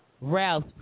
Ralph